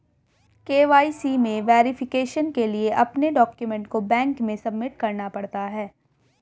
KYC में verification के लिए अपने डाक्यूमेंट को बैंक में सबमिट करना पड़ता है